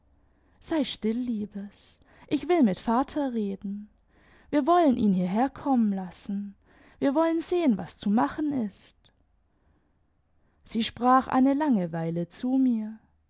sei still liebes ich will mit vater reden wir wollen ihn hierherkommen lassen wir wollen sehen was zu machen ist sie sprach eine lange weile zu mir